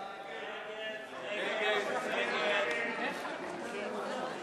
ההצעה להסיר מסדר-היום